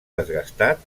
desgastat